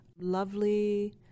lovely